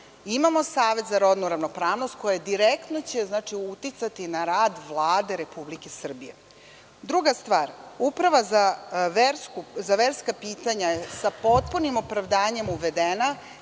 Imamo Savet za rodnu ravnopravnost, koji će direktno uticati na rad Vlade Republike Srbije. Druga stvar, Uprava za verska pitanja sa potpunim opravdanjem je uvedena,